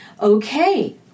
Okay